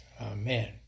Amen